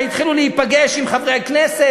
כשהתחילו להיפגש עם חברי הכנסת,